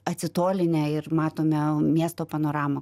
atsitolinę ir matome miesto panoramą